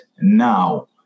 now